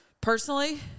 Personally